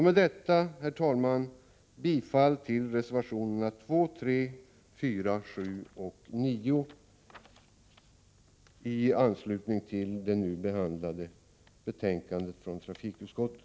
Med detta, herr talman, yrkar jag bifall till reservationerna 2, 3,4, 7 och 9 i anslutning till det nu behandlade betänkandet från trafikutskottet.